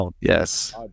yes